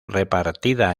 repartida